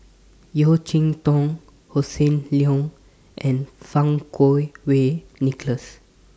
Yeo Cheow Tong Hossan Leong and Fang Kuo Wei Nicholas